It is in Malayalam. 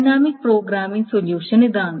ഡൈനാമിക് പ്രോഗ്രാമിംഗ് സൊല്യൂഷൻ ഇതാണ്